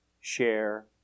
share